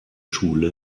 schule